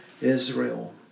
Israel